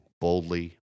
boldly